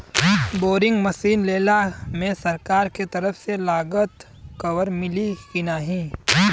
Boring machine लेला मे सरकार के तरफ से लागत कवर मिली की नाही?